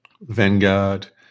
Vanguard